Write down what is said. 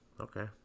Okay